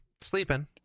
sleeping